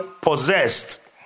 possessed